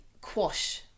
quash